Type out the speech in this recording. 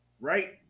right